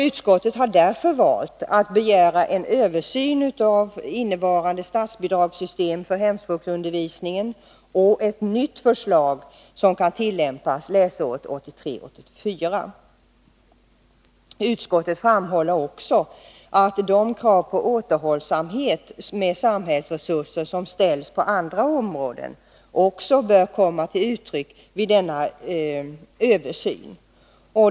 Utskottet har därför valt att begära en översyn av nuvarande statsbidragssystem för hemspråksundervisningen och ett nytt förslag som kan tillämpas från läsåret 1983/84. Utskottet framhåller också att de krav på återhållsamhet med samhällsresurser som ställs på andra områden också bör komma till uttryck vid denna översyn.